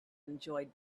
enjoyed